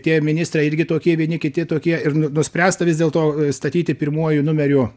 tie ministrai irgi tokie vieni kiti tokie ir nuspręsta vis dėlto statyti pirmuoju numeriu